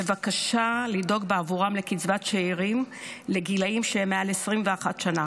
בבקשה לדאוג בעבורם לקצבת שאירים לגילים שהם מעל 21 שנה,